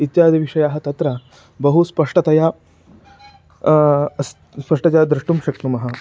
इत्यदि विषयः तत्र बहु स्पष्टतया अस् स्पष्टतया द्रष्टुं शक्नुमः